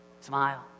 smile